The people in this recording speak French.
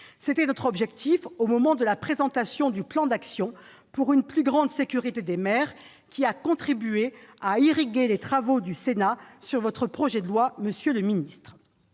C'était notre objectif au moment de la présentation du plan d'action pour une plus grande sécurité des maires, qui a contribué à irriguer les travaux du Sénat sur votre projet de loi, monsieur le ministre.